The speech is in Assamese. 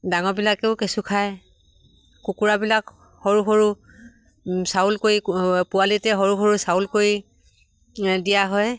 ডাঙৰবিলাকেও কেঁচু খায় কুকুৰাবিলাক সৰু সৰু চাউল কৰি পোৱালিতে সৰু সৰু চাউল কৰি দিয়া হয়